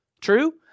True